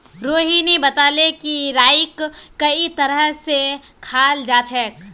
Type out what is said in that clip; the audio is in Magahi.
रोहिणी बताले कि राईक कई तरह स खाल जाछेक